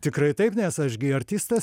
tikrai taip nes aš gi artistas